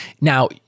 now